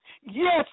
Yes